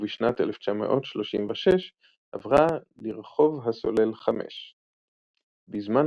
ובשנת 1936 עברה לרחוב הסולל 5. בזמן